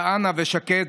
כהנא ושקד,